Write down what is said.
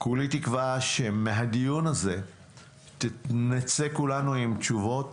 כולי תקווה שמהדיון הזה נצא כולנו עם תשובות,